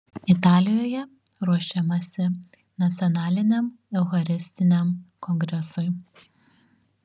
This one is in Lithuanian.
italijoje ruošiamasi nacionaliniam eucharistiniam kongresui